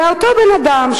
ואותו אדם,